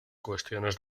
cuestiones